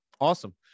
Awesome